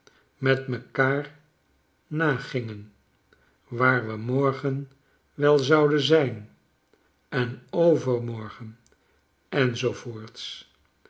met mekaar nagingen waar we morgen wel zouden zijn en overmorgen en zoo voorts